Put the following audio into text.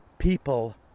People